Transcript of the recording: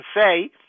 say